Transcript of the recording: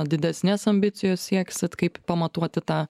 didesnės ambicijos sieksit kaip pamatuoti tą